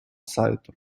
сайту